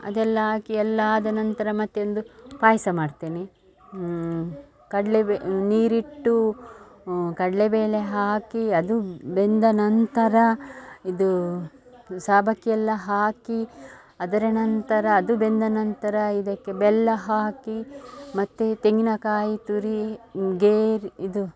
ಅದೆಲ್ಲಾ ಹಾಕಿ ಎಲ್ಲ ಆದ ನಂತರ ಮತ್ತು ಒಂದು ಪಾಯಸ ಮಾಡ್ತೇನೆ ಹ್ಞೂ ಕಡಲೆ ಬೇ ನೀರಿಟ್ಟು ಕಡ್ಲೆಬೇಳೆ ಹಾಕಿ ಅದು ಬೆಂದ ನಂತರ ಇದು ಸಬ್ಬಕ್ಕಿಯೆಲ್ಲಾ ಹಾಕಿ ಅದರ ನಂತರ ಅದು ಬೆಂದ ನಂತರ ಇದಕ್ಕೆ ಬೆಲ್ಲ ಹಾಕಿ ಮತ್ತು ತೆಂಗಿನಕಾಯಿ ತುರಿ ಗೇರ್ ಇದು